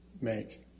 make